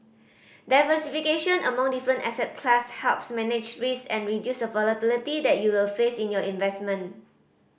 diversification among different asset class helps manage risk and reduce the volatility that you will face in your investment